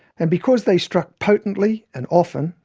and because they struck potently and often,